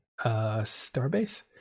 starbase